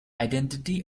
identity